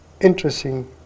interesting